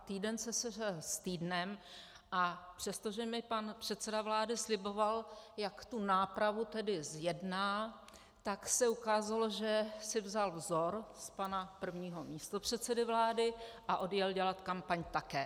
Týden se sešel s týdnem, a přestože mi pana předseda vlády sliboval, jak tu nápravu zjedná, tak se ukázalo, že si vzal vzor z pana prvního místopředsedy vlády a odjel dělat kampaň také.